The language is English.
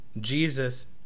Jesus